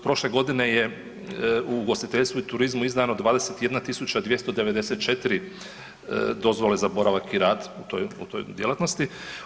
Prošle godine je u ugostiteljstvu i turizmu izdano 21294 dozvole za boravak i rad u toj, u toj djelatnosti.